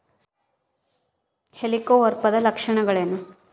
ಹೆಲಿಕೋವರ್ಪದ ಲಕ್ಷಣಗಳೇನು?